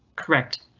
correct?